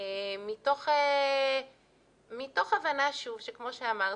מתוך הבנה כמו שאמרתי,